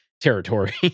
territory